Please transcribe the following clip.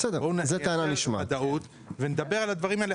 בואו נייצר ודאות ונדבר על הדברים האלה,